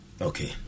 Okay